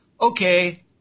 okay